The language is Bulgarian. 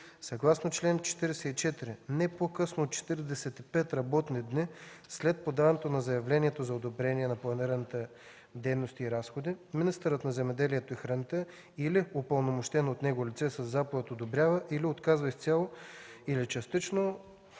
Съгласно чл. 44 не по-късно от 45 работни дни след подаването на заявлението за одобрение на планираните дейности и разходи министърът на земеделието и храните или упълномощено от него лице със заповед одобрява или отказва изцяло или частично